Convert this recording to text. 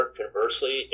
conversely